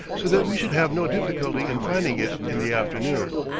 so that we should have no difficulty in finding it in the afternoon.